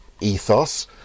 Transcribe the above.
ethos